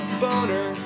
boner